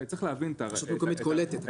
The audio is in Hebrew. צריך להבין -- רשות מקומית קולטת.